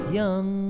young